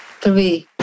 three